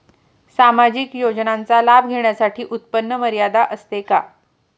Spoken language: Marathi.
सामाजिक योजनांचा लाभ घेण्यासाठी उत्पन्न मर्यादा असते का?